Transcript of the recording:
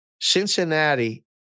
Cincinnati